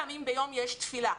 שלוש פעמים ביום יש תפילה.